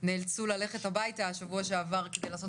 נאלצו ללכת הביתה שבוע שעבר כדי לעשות